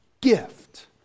gift